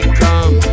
come